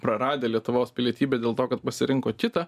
praradę lietuvos pilietybę dėl to kad pasirinko kitą